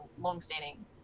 long-standing